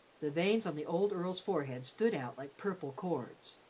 the veins on the old earl's forehead stood out like purple cords.